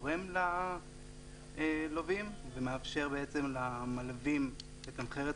שתורם ללווים ומאפשר למלווים לתמחר את